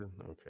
Okay